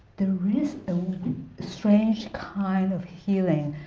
there is a strange kind of healing,